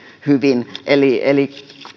hyvin eli eli